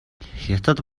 хятад